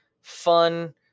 fun